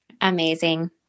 Amazing